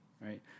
right